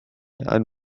ond